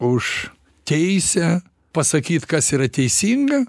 už teisę pasakyt kas yra teisinga